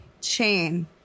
chain